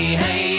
hey